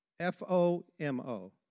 F-O-M-O